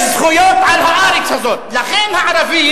בעלי הארץ, בהחלט.